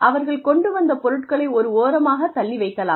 அவர்கள் கொண்டு வந்த பொருட்களை ஒரு ஓரமாக தள்ளி வைக்கலாம்